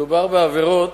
מדובר בעבירות